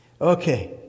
Okay